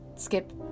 Skip